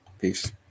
Peace